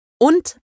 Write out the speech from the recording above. und